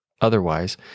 otherwise